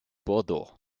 bordeaux